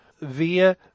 via